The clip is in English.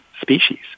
species